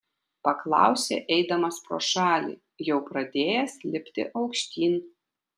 paklausė eidamas pro šalį jau pradėjęs lipti aukštyn